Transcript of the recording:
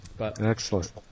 Excellent